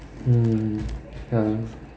um ya